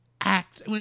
act